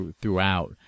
throughout